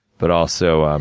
but also,